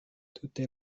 tute